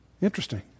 interesting